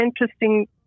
interesting